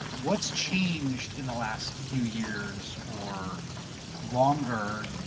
what's changed in the last few years or longer?